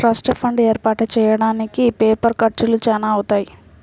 trust fund ఏర్పాటు చెయ్యడానికి paper ఖర్చులు చానా అవుతాయి